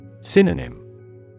Synonym